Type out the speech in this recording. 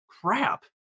crap